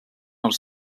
els